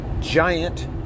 giant